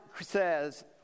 says